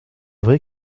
vrai